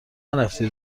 نرفتی